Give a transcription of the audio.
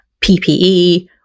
PPE